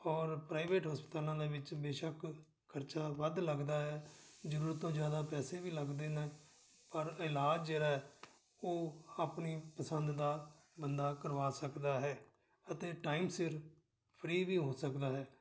ਔਰ ਪ੍ਰਾਈਵੇਟ ਹਸਪਤਾਲਾਂ ਦੇ ਵਿੱਚ ਬੇਸ਼ੱਕ ਖਰਚਾ ਵੱਧ ਲੱਗਦਾ ਹੈ ਜ਼ਰੂਰਤ ਤੋਂ ਜ਼ਿਆਦਾ ਪੈਸੇ ਵੀ ਲੱਗਦੇ ਨੇ ਪਰ ਇਲਾਜ ਜਿਹੜਾ ਉਹ ਆਪਣੀ ਪਸੰਦ ਦਾ ਬੰਦਾ ਕਰਵਾ ਸਕਦਾ ਹੈ ਅਤੇ ਟਾਈਮ ਸਿਰ ਫਰੀ ਵੀ ਹੋ ਸਕਦਾ ਹੈ